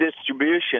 distribution